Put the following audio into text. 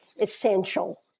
essential